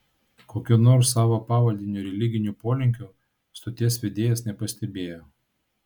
kokių nors savo pavaldinio religinių polinkių stoties vedėjas nepastebėjo